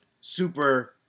super